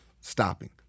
stopping